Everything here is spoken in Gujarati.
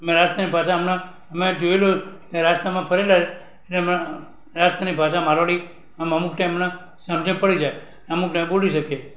મહારાષ્ટ્રની ભાષા અમને અમે જોએલું તે અને રાજકારણમાં પડેલા ને અમને એ રાષ્ટ્રની ભાષા મારવાડી એમાં અમુક અમને ટાઈમે સમજ પડી જાય અમુકને ઊડી શકે